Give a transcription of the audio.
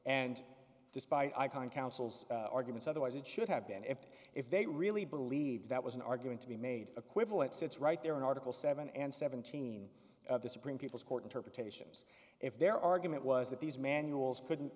and despite icon councils argument otherwise it should have been if if they really believed that was an argument to be made acquittal it sits right there in article seven and seventeen of the supreme people's court interpretations if their argument was that these manuals couldn't